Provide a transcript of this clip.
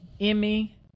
Emmy